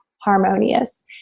harmonious